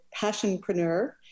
passionpreneur